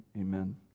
Amen